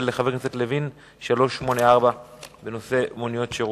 מקצצים את תקציביהם של הגופים העוסקים בתאונות דרכים,